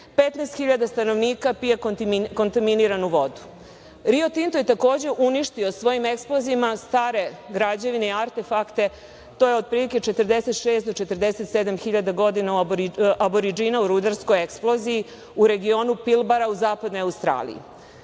hiljada stanovnika pije kontaminiranu vodu. Rio Tinto je takođe uništio svojim eksplozijama stare građevine i artefakte. To je otprilike 46 do 47 hiljada godina Aboridžina u rudarskoj eksploziji u regionu Pilbar u zapadnoj Australiji. Dejvid